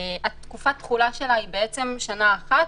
תקופת התחולה שלה היא שנה אחת,